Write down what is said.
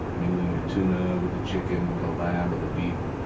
mingling your tuna with the chicken, the lamb, or the beef.